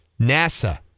NASA